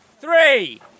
three